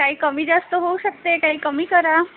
काही कमी जास्त होऊ शकते काही कमी करा